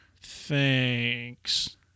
thanks